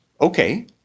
okay